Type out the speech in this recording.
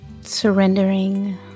surrendering